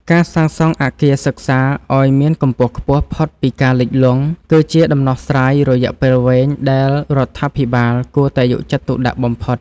ការសាងសង់អគារសិក្សាឱ្យមានកម្ពស់ខ្ពស់ផុតពីការលិចលង់ គឺជាដំណោះស្រាយរយៈពេលវែងដែលរដ្ឋាភិបាលគួរតែយកចិត្តទុកដាក់បំផុត។